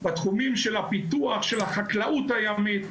בתחומים של הפיתוח של החקלאות הימית,